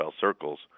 circles